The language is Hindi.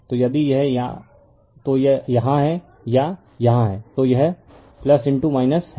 तो यदि यह या तो यहाँ है या यहाँ है तो यह है